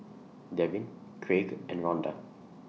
Devyn Craig and Ronda